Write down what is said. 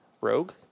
rogue